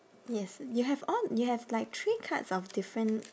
yes you have all you have like three cards of different